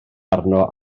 arno